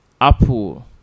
apple